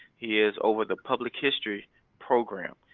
he is over the public history program.